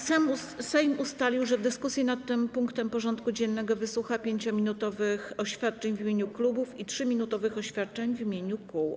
Sejm ustalił, że w dyskusji nad tym punktem porządku dziennego wysłucha 5-minutowych oświadczeń w imieniu klubów i 3-minutowych oświadczeń w imieniu kół.